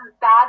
bad